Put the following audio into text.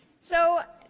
so,